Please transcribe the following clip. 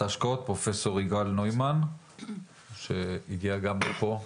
ההשקעות פרופ' יגאל נוימן שהגיע לפה.